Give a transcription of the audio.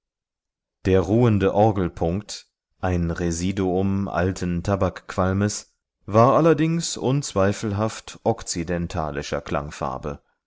der ruhende orgelpunkt ein residuum alten tabakqualmes war allerdings unzweifelhaft okzidentalischer klangfarbe